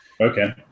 Okay